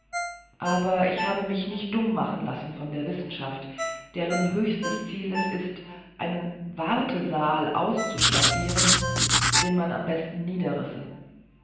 aber ich habe mich nicht dumm machen lassen von der wissenschaft deren höchstes ziel es ist einen wartesaal auszustaffieren den man am besten niederrisse